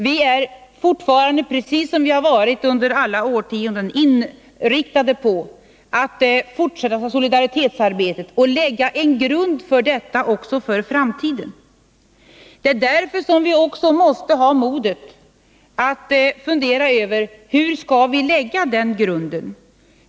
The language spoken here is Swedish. Vi är fortfarande, precis som vi varit under årtionden, inriktade på att fortsätta solidaritetsarbetet och lägga en grund för detta också för framtiden. Det är därför vi också måste ha modet att fundera över: Hur skall vi lägga den grunden?